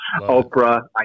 Oprah